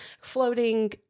Floating